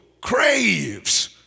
craves